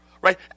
right